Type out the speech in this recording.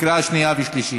לקריאה שנייה ושלישית.